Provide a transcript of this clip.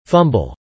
Fumble